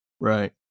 Right